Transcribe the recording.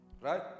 Right